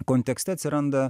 kontekste atsiranda